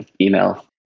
email